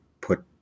put